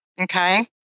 Okay